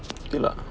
good lah